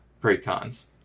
pre-cons